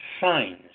signs